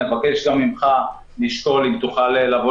נבקש גם ממך לשקול אם אתה יכול לבוא